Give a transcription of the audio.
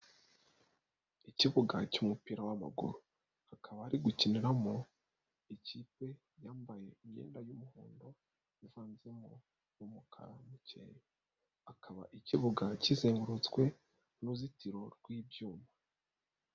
Ikibuga cy'umupira w'amaguru hakaba hari gukiniramo ikipe yambaye imyenda y'umuhondo ivanzemo umukara muke hakaba ikibuga kizengurutswe n uruzitiro rw'ibyuma.